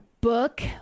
Book